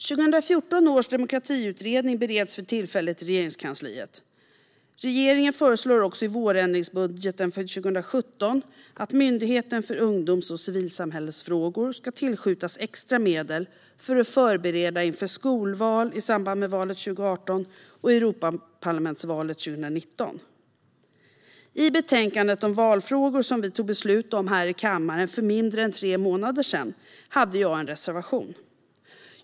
Demokratiutredningen från 2014 bereds för tillfället i Regeringskansliet. Regeringen föreslår också i vårändringsbudgeten för 2017 att Myndigheten för ungdoms och civilsamhällesfrågor ska tillskjutas extra medel för att förbereda inför skolval i samband med valet 2018 och valet till Europaparlamentet 2019. I det betänkande om valfrågor som vi tog beslut om här i kammaren för mindre än tre månader sedan hade jag en reservation.